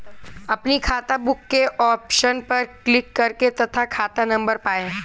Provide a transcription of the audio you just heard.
अपनी खाताबुक के ऑप्शन पर क्लिक करें तथा खाता नंबर पाएं